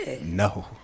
No